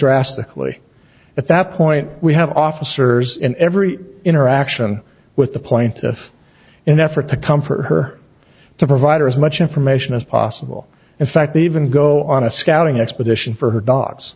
drastically at that point we have officers in every interaction with the plaintiff in effort to comfort her to provide her as much information as possible in fact even go on a scouting expedition for her dogs